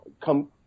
come